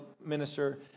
minister